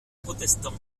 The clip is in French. protestant